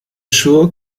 sure